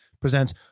presents